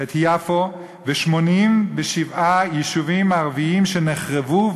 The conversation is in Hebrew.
את יפו ו-87 יישובים ערביים שנחרבו,